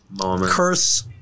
curse